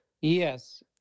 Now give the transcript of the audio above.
Yes